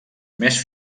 més